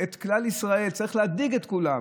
את כלל ישראל, והוא צריך להדאיג את כולם,